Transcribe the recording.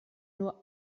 nur